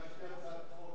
הגשתי הצעת חוק